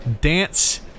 dance